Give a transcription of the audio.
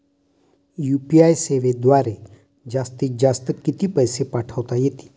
UPI सेवेद्वारे जास्तीत जास्त किती पैसे पाठवता येतील?